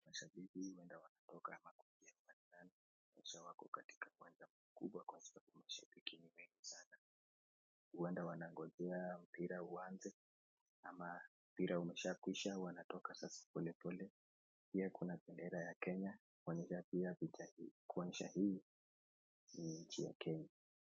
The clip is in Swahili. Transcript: Mashabiki huenda wanatoka ama kuingia uwanjani, kisha wako katika uwanja mkubwa kwa sababu mashabiki ni wengi sana, huenda wanangojea mpira uanze ama mpira umeshaa kwisha wanatoka sasa polepole. Pia kuna bendera ya Kenya, kuonyesha hii ni nchi ya Kenya.